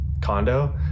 condo